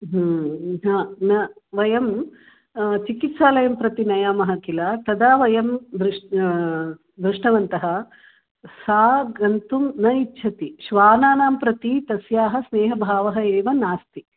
ह न वयं चिकित्सालयं प्रति नयामः किल तदा वयं दृष्टवन्तः सा गन्तुं न इच्छति श्वानानां प्रति तस्याः स्नेहभावः एव नास्ति